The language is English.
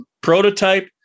prototype